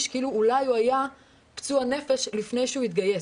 כאילו אולי הוא היה פצוע נפש לפני שהוא התגייס.